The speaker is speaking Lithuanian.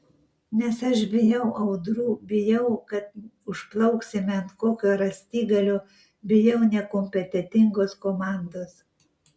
nes aš bijau audrų bijau kad užplauksime ant kokio rąstigalio bijau nekompetentingos komandos